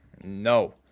No